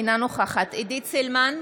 אינה נוכחת עידית סילמן,